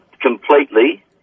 completely